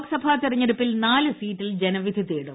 ലോക്സഭാ തിരഞ്ഞെടുപ്പിൽ നാല് സീറ്റിൽ ജനവിധി തേടും